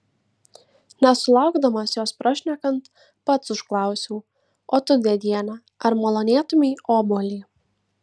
nesulaukdamas jos prašnekant pats užklausiau o tu dėdiene ar malonėtumei obuolį